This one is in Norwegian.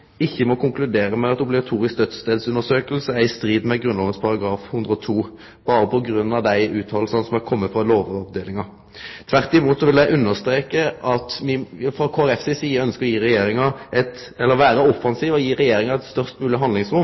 ikkje må konkludere med at obligatorisk dødsstadsundersøking er i strid med Grunnloven § 102 – berre på grunn av dei fråsegnene som har kome frå Lovavdelinga. Tvert imot, eg vil understreke at me frå Kristeleg Folkepartis side ønskjer å vere offensive og gi Regjeringa eit